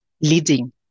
leading